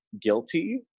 guilty